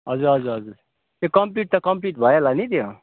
हजुर हजुर हजुर त्यो कम्प्लिट त कम्प्लिट भयो होला नि त्यो